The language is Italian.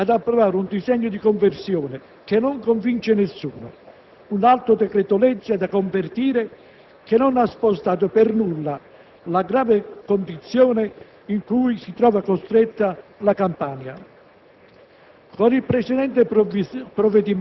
ci ritroviamo di nuovo in quest'Aula ad approvare un disegno di legge di conversione che non convince nessuno. Un altro decreto-legge da convertire che non ha spostato per nulla la grave condizione in cui è costretta la Campania.